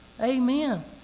Amen